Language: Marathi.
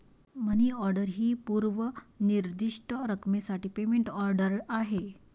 मनी ऑर्डर ही पूर्व निर्दिष्ट रकमेसाठी पेमेंट ऑर्डर आहे